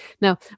Now